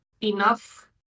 enough